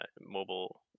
mobile